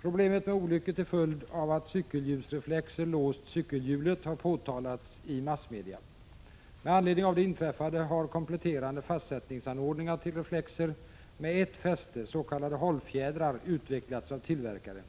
Problemet med olyckor till följd av att cykelhjulsreflexer låst cykelhjulet har påtalats i massmedia. Med anledning av det inträffade har kompletterande fastsättningsanordningar till reflexer med ett fäste, s.k. hållfjädrar, utvecklats av tillverkare.